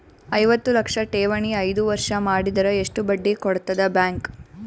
ಐವತ್ತು ಲಕ್ಷ ಠೇವಣಿ ಐದು ವರ್ಷ ಮಾಡಿದರ ಎಷ್ಟ ಬಡ್ಡಿ ಕೊಡತದ ಬ್ಯಾಂಕ್?